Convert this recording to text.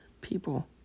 people